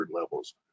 levels